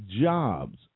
jobs